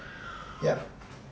yeah